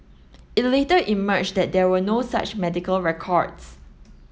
it later emerged that there were no such medical records